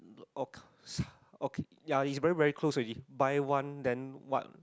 okay ya it's very very close already buy one then what